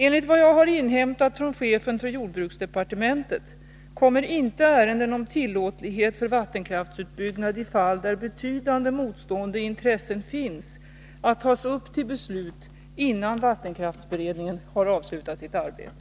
Enligt vad jag har inhämtat från chefen för jordbruksdepartementet kommer inte ärenden om tillåtlighet för vattenkraftsutbyggnad i fall där betydande motstående intressen finns att tas upp till beslut innan vattenkraftsberedningen har avslutat sitt arbete.